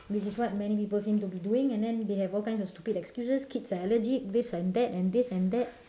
which is what many people seem to be doing and then they have all kinds of stupid excuses kids are allergic this and that this and that